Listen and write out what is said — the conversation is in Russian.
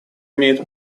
имеет